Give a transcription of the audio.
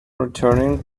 returning